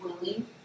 willing